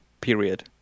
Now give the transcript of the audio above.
period